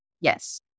Yes